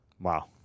wow